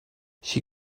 she